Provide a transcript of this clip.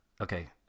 Okay